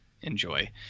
enjoy